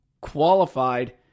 qualified